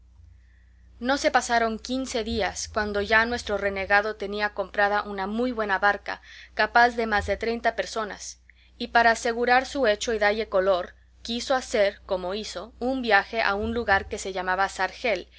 no se pasaron quince días cuando ya nuestro renegado tenía comprada una muy buena barca capaz de más de treinta personas y para asegurar su hecho y dalle color quiso hacer como hizo un viaje a un lugar que se llamaba sargel